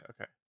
okay